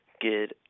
Good